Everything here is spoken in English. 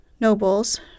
nobles